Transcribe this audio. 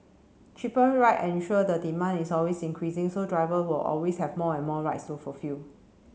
cheaper ride ensure the demand is always increasing so driver will always have more and more rides to fulfil